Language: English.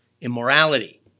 immorality